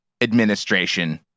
administration